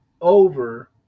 over